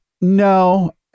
No